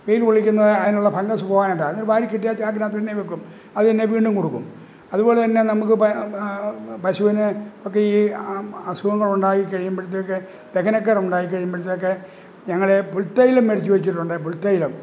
വെയില് കൊള്ളിക്കുന്നത് അതിനുള്ള ഫങ്കസ് പോകാനായിട്ടാണ് എന്നിട്ട് വാരിക്കെട്ടി ആ ചാക്കിനകത്ത് തന്നെ വയ്ക്കും അത് തന്നെ വീണ്ടും കൊടുക്കും അതുപോലെ തന്നെ നമുക്ക് പ പശുവിനെ ഒക്കെ ഈ അസുഖങ്ങളുണ്ടായി കഴിയുമ്പോഴത്തേക്ക് ദഹനക്കേട് ഉണ്ടായി കഴിയുമ്പോഴത്തേക്ക് ഞങ്ങള് പുൽത്തൈലം മേടിച്ചുവച്ചിട്ടുണ്ട് പുൽത്തൈലം